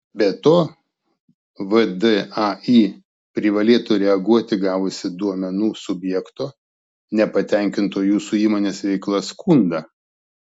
be to vdai privalėtų reaguoti gavusi duomenų subjekto nepatenkinto jūsų įmonės veikla skundą